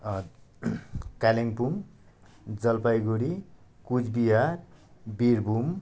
Kalimpong Jalpaiguri Cooch Behar Birbhum